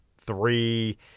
three